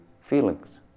feelings